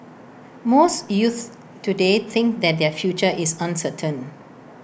most youths today think that their future is uncertain